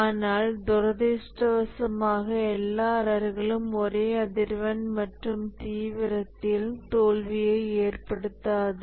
ஆனால் துரதிர்ஷ்டவசமாக எல்லா எரர்களும் ஒரே அதிர்வெண் மற்றும் தீவிரத்தில் தோல்விகளை ஏற்படுத்தாது